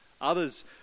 Others